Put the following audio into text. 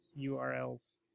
URLs